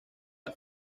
las